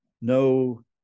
no